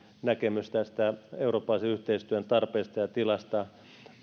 näkemys tästä eurooppalaisen yhteistyön tarpeesta ja tilasta